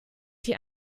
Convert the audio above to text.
die